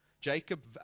Jacob